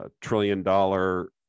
trillion-dollar